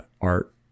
art